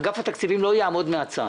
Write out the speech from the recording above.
אגף התקציבים לא יעמוד מן הצד.